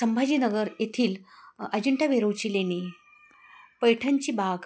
संभाजीनगर येथील अजिंठा वेरुळची लेणी पैठणची बाग